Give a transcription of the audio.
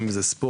גם אם זה ספורט,